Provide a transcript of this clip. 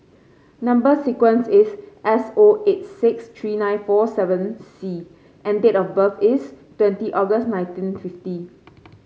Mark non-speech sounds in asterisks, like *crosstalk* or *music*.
number sequence is S O eight six three nine four seven C and date of birth is twenty August nineteen fifty *noise*